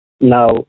Now